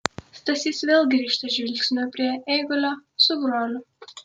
stasys vėl grįžta žvilgsniu prie eigulio su broliu